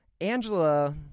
Angela